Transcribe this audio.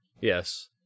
Yes